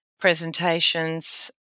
presentations